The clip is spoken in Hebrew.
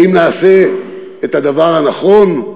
האם נעשה את הדבר הנכון,